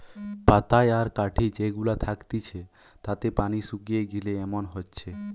পাতায় আর কাঠি যে গুলা থাকতিছে তাতে পানি শুকিয়ে গিলে এমন হচ্ছে